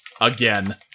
Again